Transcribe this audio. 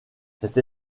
cette